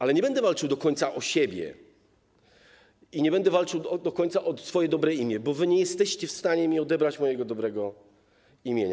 Ale nie będę walczył do końca o siebie i nie będę walczyć do końca o swoje dobre imię, bo wy nie jesteście w stanie odebrać mi mojego dobrego imienia.